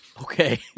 Okay